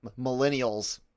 millennials